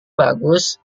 bagus